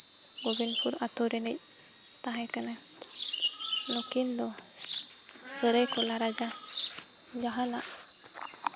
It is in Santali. ᱜᱳᱵᱤᱱᱯᱩᱨ ᱟᱹᱛᱩ ᱨᱤᱱᱤᱡ ᱛᱟᱦᱮᱸ ᱠᱟᱱᱟᱭ ᱱᱩᱠᱤᱱ ᱫᱚ ᱥᱟᱹᱨᱟᱹᱭᱠᱮᱞᱟ ᱨᱟᱡᱟ ᱡᱟᱦᱟᱱᱟᱜ